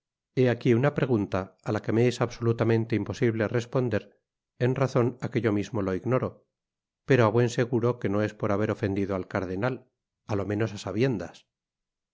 aquí una pregunta á la que me es absolutamente imposi ble responder en razon á que yo mismo lo ignoro pero á bnen seguro que no es por haber ofendido al cardenal á lo menos á sabiendas